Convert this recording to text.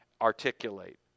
articulate